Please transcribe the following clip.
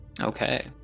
Okay